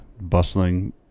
bustling